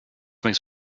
makes